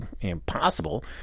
impossible